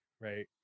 right